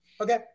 Okay